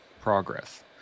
progress